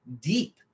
deep